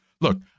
Look